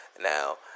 Now